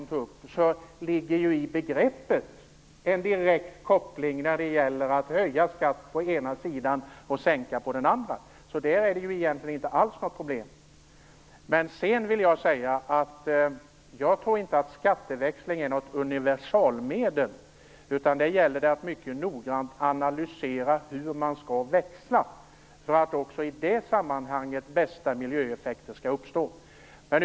I begreppet skatteväxling ligger en direkt koppling mellan att höja skatt på den ena sidan och sänka skatt på den andra, så där är det ju egentligen inte alls några problem. Men jag tror inte att skatteväxling är något universalmedel. Det gäller att mycket noggrant analysera hur man skall växla för att de bästa miljöeffekterna skall uppstå också i det sammanhanget.